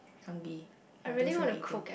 hungry and I don't feel like eating